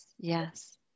yes